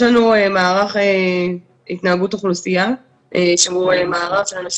יש לנו מערך של התנהגות אוכלוסייה שהם אלו שמנתחים את התנהגות